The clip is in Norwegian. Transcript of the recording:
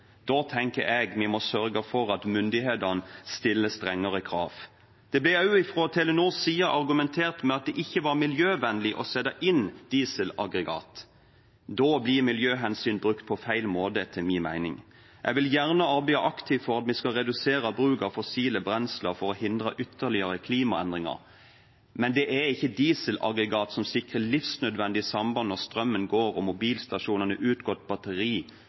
Da tenker jeg vi må sørge for at myndighetene stiller strengere krav. Det ble også fra Telenors side argumentert med at det ikke var miljøvennlig å sette inn dieselaggregat. Da blir miljøhensyn brukt på feil måte, etter min mening. Jeg vil gjerne arbeide aktivt for at vi skal redusere bruken av fossile brensler for å hindre ytterligere klimaendringer, men det er ikke dieselaggregat som sikrer livsnødvendig samband når strømmen går og mobilstasjonene har utgått batteri,